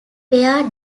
pair